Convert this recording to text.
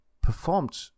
performed